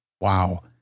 wow